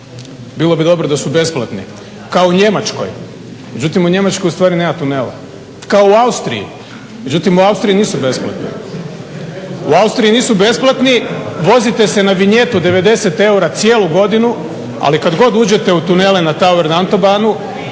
Bilo bi dobro da su besplatni kao u Njemačkoj, međutim u Njemačkoj ustvari nema tunela, kao u Austriji, međutim u Austriji nisu besplatni. U Austriji nisu besplatni, vozite se na vinjetu 90 eura cijelu godinu ali kad god uđete u tunele na Tower, Autobahnu